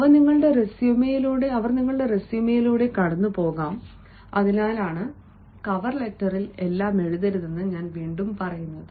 അവ നിങ്ങളുടെ റെസ്യുമെയിലൂടെ കടന്നുപോകാം അതിനാലാണ് കവർ ലെറ്ററിൽ എല്ലാം എഴുതരുതെന്ന് ഞാൻ വീണ്ടും പറയുന്നത്